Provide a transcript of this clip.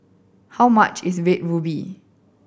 how much is Red Ruby